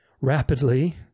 rapidly